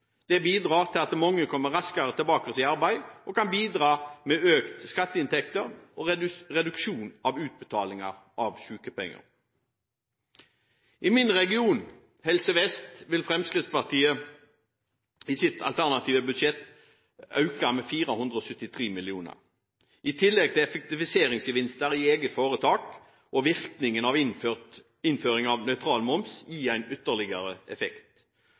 Det bidrar til at mange kommer raskere tilbake i arbeid og kan bidra med økte skatteinntekter og reduksjon i utbetaling av sykepenger. I min region, Helse Vest, vil Fremskrittspartiet i sitt alternative budsjett øke med 473 mill. kr. I tillegg vil effektiviseringsgevinster i eget foretak og virkningen av innføring av nøytral moms gi en ytterligere effekt.